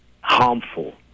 harmful